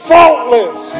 Faultless